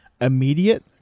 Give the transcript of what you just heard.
Immediate